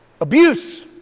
abuse